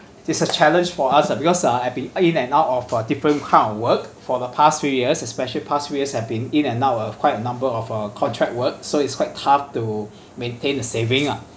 it's a challenge for us lah because I been in and out of a different form of work for the past few years especially past few years have been in and out of quite a number of uh contract work so it's quite tough to maintain the saving ah